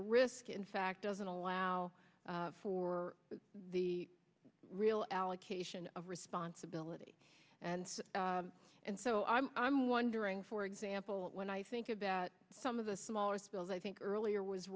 the risk in fact doesn't allow for the real allocation of responsibility and so i'm wondering for example when i think about some of the smaller spills i think earlier was